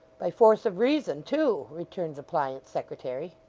by force of reason too returned the pliant secretary.